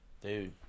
dude